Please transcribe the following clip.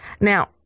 Now